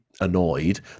annoyed